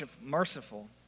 merciful